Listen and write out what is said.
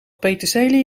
peterselie